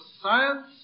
science